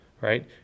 right